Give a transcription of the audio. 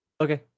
Okay